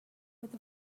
with